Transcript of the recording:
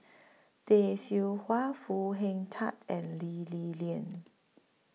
Tay Seow Huah Foo Hing Tatt and Lee Li Lian